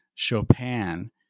chopin